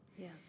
Yes